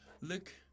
Look